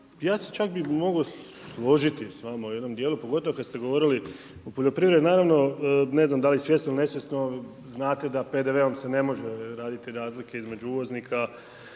ja se čak bih mogao složiti s vama u jednom dijelu, pogotovo kad ste govorili o poljoprivredi. Naravno, ne znam da li svjesno ili nesvjesno, znate da PDV-om se ne može raditi razlike između uvoznika